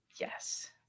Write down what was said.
Yes